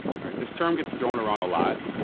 alright, this term gets thrown around a lot.